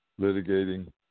Litigating